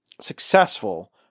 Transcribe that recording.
successful